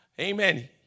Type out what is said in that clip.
Amen